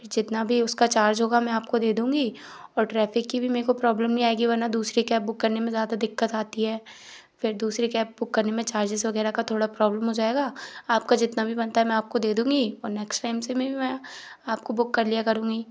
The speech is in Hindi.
फिर जितना भी उसका चार्ज होगा मैं आपको दे दूँगी और ट्रैफिक की भी मेको प्रॉब्लम नहीं आएगी वर्ना दूसरी कैब बुक करने में ज़्यादा दिक्कत आती है फिर दूसरी कैब बुक करने में चार्जेस वगैरह का थोड़ा प्रॉब्लम हो जाएगा आपका जितना भी बनता है मैं आपको दे दूँगी और नेक्स्ट टाइम से मैं भी मैं आपको बुक कर लिया करूँगी